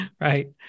Right